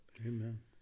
Amen